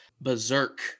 berserk